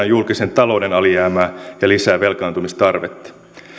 julkisen talouden alijäämää ja lisää velkaantumistarvetta